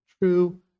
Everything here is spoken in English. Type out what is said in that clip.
true